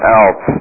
out